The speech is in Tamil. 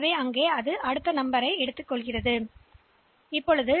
எனவே அடுத்த எண்ணைப் பெறுகிறோம்